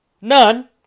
None